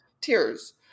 Tears